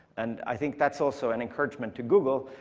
and i think that's also an encouragement to google.